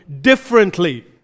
differently